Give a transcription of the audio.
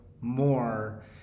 more